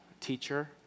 teacher